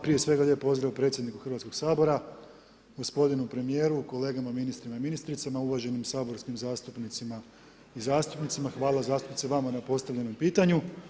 Prije svega lijep pozdrav predsjedniku HS-a, gospodinu premijeru, kolegama ministrima i ministricama, uvaženim saborskim zastupnicima i zastupnicima, hvala zastupnice vama na postavljenom pitanju.